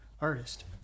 artist